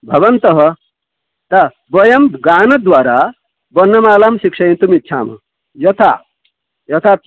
भवन्तः त वयं गानद्वारा वर्णमालां शिक्षयितुम् इच्छाम यथा यथा